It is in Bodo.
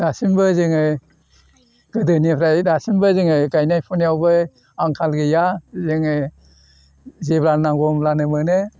दासिमबो जोङो गोदोनिफ्राइ दासिमबो जोङो गायन्नाय फुनायावबो आंखाल गैया जोङो जेब्ला नांगौ होनब्लानो मोनो